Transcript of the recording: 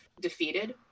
defeated